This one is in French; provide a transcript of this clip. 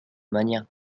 manière